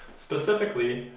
specifically,